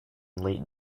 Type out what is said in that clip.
late